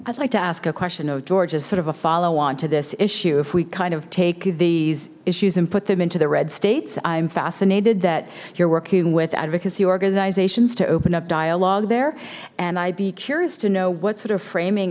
i'd like to ask a question of george's sort of a follow on to this issue if we kind of take these issues and put them into the red states i'm fascinated that you're working with advocacy organizations to open up dialogue there and i'd be curious to know what sort of framing